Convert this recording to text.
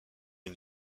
une